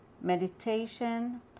meditation